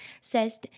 says